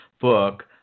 book